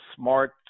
smart